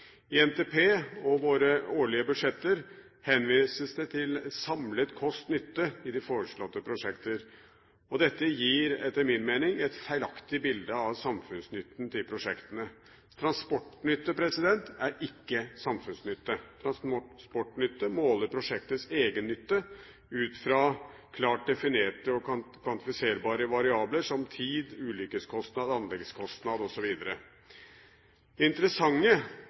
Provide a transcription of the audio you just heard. I NTP og i våre årlige budsjetter henvises det til samlet kost–nytte i de foreslåtte prosjekter. Dette gir etter min mening et feilaktig bilde av prosjektenes samfunnsnytte. Transportnytte er ikke samfunnsnytte. Transportnytte måler prosjektets egennytte ut fra klart definerte og kvantifiserbare variabler, som tid, ulykkeskostnad, anleggskostnad osv. Det interessante